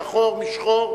שחור משחור.